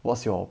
what's your